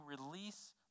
release